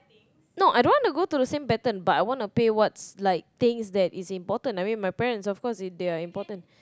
no I don't wanna go to the same pattern but I wanna pay what's like things that is important I mean my parents of course they are important